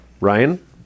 ryan